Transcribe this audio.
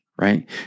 Right